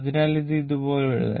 അതിനാൽ ഇത് ഇതുപോലെ എഴുതാം